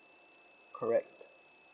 correct